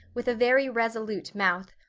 with a very resolute mouth.